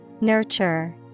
Nurture